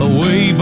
Away